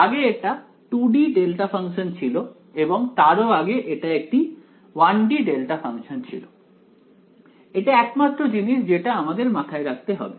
আগে এটা 2 D delta function ছিল এবং তারও আগে এটা একটি 1 D ডেল্টা ফাংশন ছিল এটা একমাত্র জিনিস যেটা আমাদের মাথায় রাখতে হবে